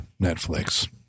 Netflix